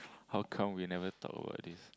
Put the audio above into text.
how come we never talk about this